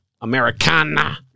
Americana